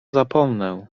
zapomnę